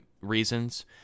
reasons